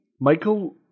Michael